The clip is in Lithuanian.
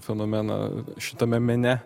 fenomeną šitame mene